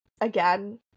again